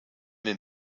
den